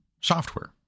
software